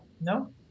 no